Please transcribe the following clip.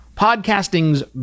podcasting's